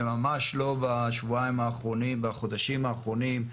זה ממש לא בשבועיים האחרונים והחודשים האחרונים.